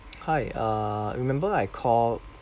hi uh remember I called